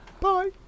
bye